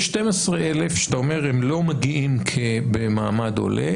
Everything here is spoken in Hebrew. יש 12,000 שאתה אומר שהם לא מגיעים במעמד עולה,